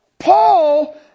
Paul